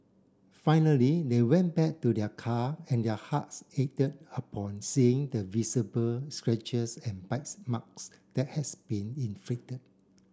finally they went back to their car and their hearts ached upon seeing the visible scratches and bites marks that has been inflicted